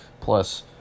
plus